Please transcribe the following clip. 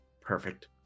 Perfect